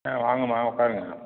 ஆ வாங்கம்மா உட்காருங்க